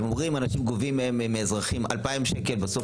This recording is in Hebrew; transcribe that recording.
אם אומרים שגובים מאזרחים 2,000 שקלים ובסוף